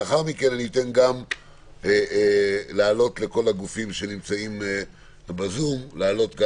לאחר מכן אני אתן גם לגופים שנמצאים בזום להעלות את